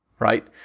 right